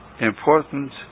important